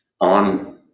on